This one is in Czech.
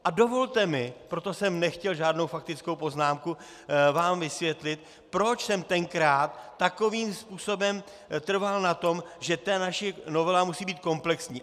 A dovolte mi proto jsem nechtěl faktickou poznámku vám vysvětlit, proč jsem tenkrát takovým způsobem trval na tom, že ta naše novela musí být komplexní.